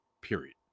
period